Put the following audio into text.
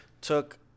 took